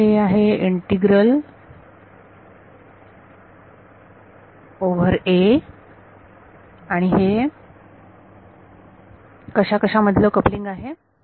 तर हे इंटीग्रल आहे ओव्हर a आणि हे कशा कशा मधलं कपलिंग आहे